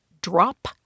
drop